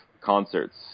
concerts